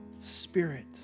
spirit